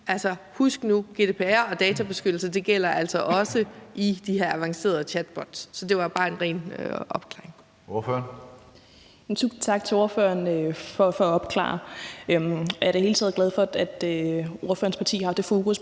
Husk nu, at GDPR og databeskyttelse altså også gælder i de her avancerede chatbots. Så det her var bare en ren opklaring